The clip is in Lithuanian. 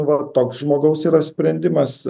va toks žmogaus yra sprendimas